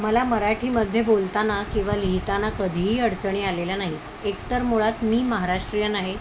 मला मराठीमध्ये बोलताना किंवा लिहिताना कधीही अडचणी आलेल्या नाही एकतर मुळात मी महाराष्ट्रीयन आहे